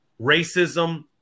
racism